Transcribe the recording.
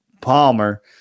Palmer